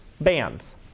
bands